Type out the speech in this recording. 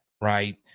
right